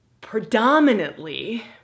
predominantly